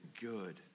good